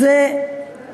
זו